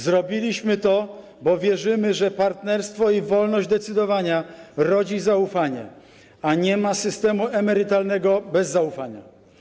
Zrobiliśmy to, bo wierzymy, że partnerstwo i wolność decydowania rodzi zaufanie, a nie ma systemu emerytalnego bez zaufania.